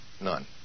None